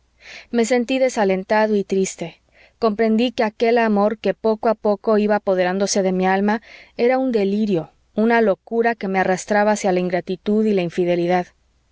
me sentí desalentado y triste comprendí que aquel amor que poco a poco iba apoderándose de mi alma era un delirio una locura que me arrastraba hacia la ingratitud y la infidelidad